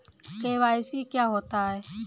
KYC क्या होता है?